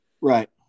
Right